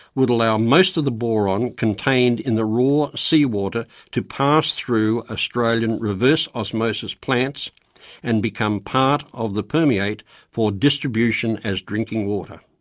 would allow most of the boron contained in the raw sea water to pass through australian reverse osmosis plants and become part of the permeate for distribution as drinking water.